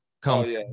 come